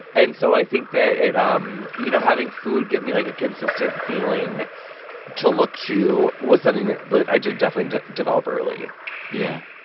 and so i think that it um you know, having food give me, like, a consistent feeling to look to was something that that i did definitely develop early yeah.